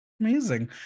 Amazing